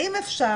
האם אפשר?